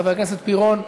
חבר הכנסת פירון,